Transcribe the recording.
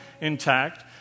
intact